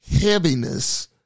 heaviness